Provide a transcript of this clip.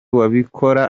wabikora